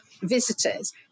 visitors